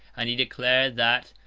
and he declared, that,